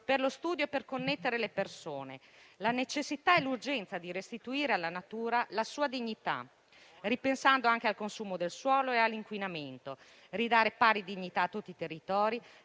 per lo studio e per connettere le persone - e la necessità e l'urgenza di restituire alla natura la sua dignità, ripensando anche al consumo del suolo e all'inquinamento, e di ridare pari dignità a tutti i territori,